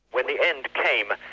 when the end came,